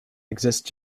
exists